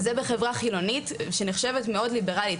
וזה בחברה חילונית שנחשבת מאוד ליברלית,